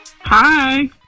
Hi